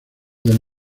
del